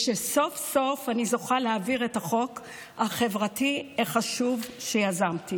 שסוף-סוף אני זוכה להעביר את החוק החברתי החשוב שיזמתי.